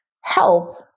help